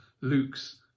Luke's